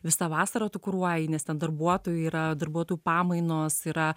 visą vasarą tu kuruoji nes ten darbuotojų yra darbuotojų pamainos yra